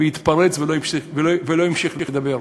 והתפרץ ולא המשיך לדבר.